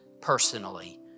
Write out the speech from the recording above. personally